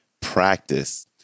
practice